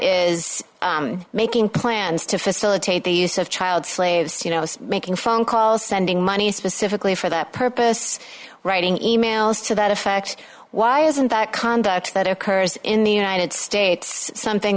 is making plans to facilitate the use of child slaves you know making phone calls sending money specifically for that purpose writing e mails to that effect why isn't that conduct that occurs in the united states something